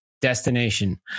destination